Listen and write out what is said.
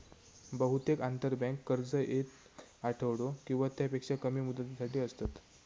बहुतेक आंतरबँक कर्ज येक आठवडो किंवा त्यापेक्षा कमी मुदतीसाठी असतत